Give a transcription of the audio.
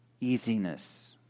easiness